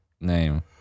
name